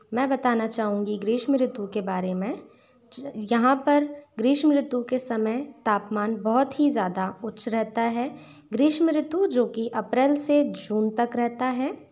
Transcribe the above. मैं बताना चाहूँगी ग्रीष्म ऋतु के बारे में यहाँ पर ग्रीष्म ऋतु के समय तापमान बहुत ही ज़्यादा उच्च रहता है ग्रीष्म ऋतु जो कि अप्रैल से जून तक रहती है